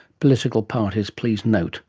political parties please note